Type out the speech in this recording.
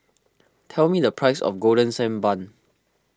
tell me the price of Golden Sand Bun